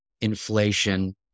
inflation